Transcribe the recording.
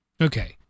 Okay